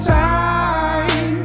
time